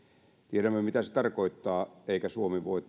tiedämme mitä se tarkoittaa eikä suomi voi